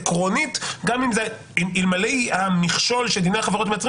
עקרונית אלמלא המכשול שדיני החברות מייצרים